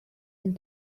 den